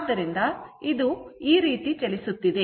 ಆದ್ದರಿಂದ ಇದು ಈ ರೀತಿ ಚಲಿಸುತ್ತಿದೆ